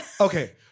okay